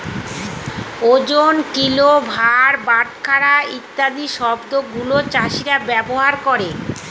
ওজন, কিলো, ভার, বাটখারা ইত্যাদি শব্দ গুলো চাষীরা ব্যবহার করে